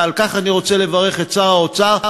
ועל כך אני רוצה לברך את שר האוצר,